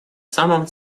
самом